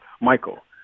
Michael